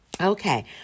Okay